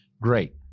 great